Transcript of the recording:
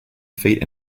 feet